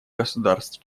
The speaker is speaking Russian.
государств